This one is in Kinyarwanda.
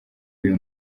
uyu